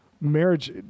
marriage